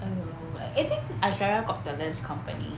I don't know like eh I think astriya got the lens company